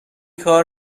کار